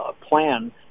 plan